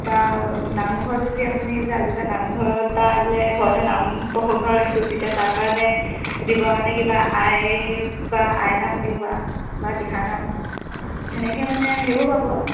বা নামঘৰত যদি আপুনি বোলে আজিৰপৰা নামঘৰত বা বোলে ঘৰতে নাম প্ৰসংগ কৰিছোঁ তেতিয়া তাৰ কাৰণে দিবৰ কাৰণে কিবা আই বা আইনাম দিওঁ বা বা দিহানাম সেনেকৈ মানে সেইবোৰ পাব